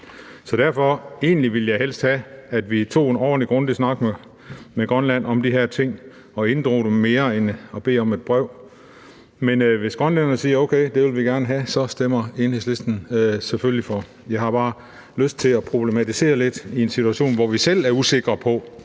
Så derfor ville jeg egentlig helst have, at vi tog en ordentlig, grundig snak med Grønland om de her ting og inddrog dem mere end at bede om et brev. Men hvis grønlænderne siger: Okay, det vil vi gerne have, så stemmer Enhedslisten selvfølgelig for. Vi har bare lyst til at problematisere det lidt, i en situation, hvor vi selv er usikre på,